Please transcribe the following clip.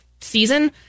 season